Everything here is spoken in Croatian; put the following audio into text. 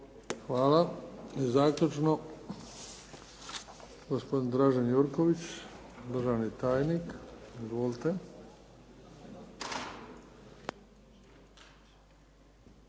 Hvala. I zaključno, gospodin Dražen Jurković, državni tajnik. Izvolite.